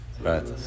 Right